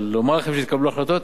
אבל לומר לכם שהתקבלו החלטות,